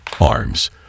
arms